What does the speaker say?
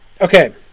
Okay